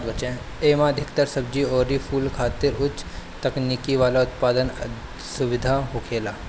एमे अधिकतर सब्जी अउरी फूल खातिर उच्च तकनीकी वाला उत्पादन सुविधा होखेला